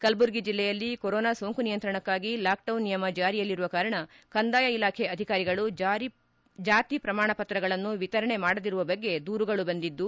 ಕಲಬುರಗಿ ಜಿಲ್ಲೆಯಲ್ಲಿ ಕೊರೊನಾ ಸೋಂಕು ನಿಯಂತ್ರಣಕ್ಷಾಗಿ ಲಾಕ್ಡೌನ್ ನಿಯಮ ಜಾರಿಯಲ್ಲಿರುವ ಕಾರಣ ಕಂದಾಯ ಇಲಾಖೆ ಅಧಿಕಾರಿಗಳು ಜಾರಿ ಶ್ರಮಾಣ ಪತ್ರಗಳನ್ನು ವಿತರಣೆ ಮಾಡದಿರುವ ಬಗ್ಗೆ ದೂರುಗಳು ಬಂದಿದ್ದು